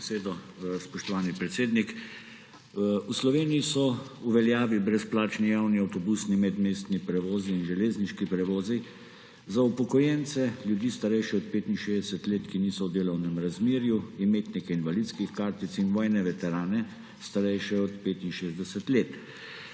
V Sloveniji so v veljavi brezplačni javni avtobusni medmestni prevozi in železniški prevozi za upokojence, ljudi, starejše od 65 let, ki niso v delovnem razmerju, imetnike invalidskih kartic in vojne veterane, starejše od 65 let.